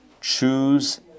Choose